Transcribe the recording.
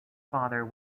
father